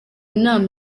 nama